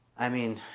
i mean,